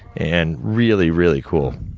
and really, really cool.